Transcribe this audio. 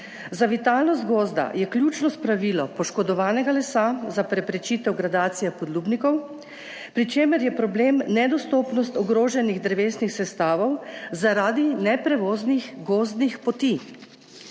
Za vitalnost gozda je ključno spravilo poškodovanega lesa za preprečitev gradacije podlubnikov, pri čemer je problem nedostopnost ogroženih drevesnih sestavov zaradi neprevoznih gozdnih poti.